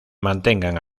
mantengan